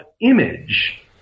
image